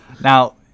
Now